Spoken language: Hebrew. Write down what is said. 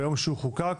ביום שהוא חוקק.